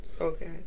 Okay